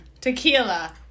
Tequila